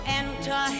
enter